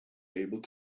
able